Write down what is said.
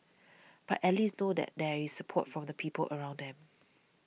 but at least know that there is support from the people around them